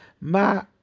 ma